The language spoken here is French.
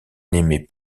n’aimait